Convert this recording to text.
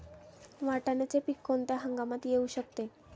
वाटाण्याचे पीक कोणत्या हंगामात येऊ शकते?